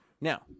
Now